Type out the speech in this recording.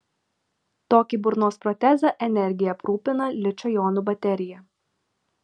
tokį burnos protezą energija aprūpina ličio jonų baterija